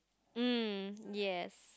mm yes